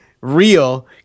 real